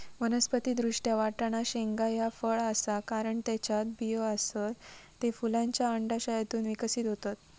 वनस्पति दृष्ट्या, वाटाणा शेंगा ह्या फळ आसा, कारण त्येच्यात बियो आसत, ते फुलांच्या अंडाशयातून विकसित होतत